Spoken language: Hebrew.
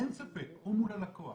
אין ספק, הוא מול הלקוח.